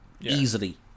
easily